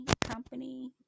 Company